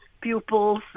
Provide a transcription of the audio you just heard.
pupils